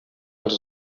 els